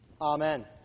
Amen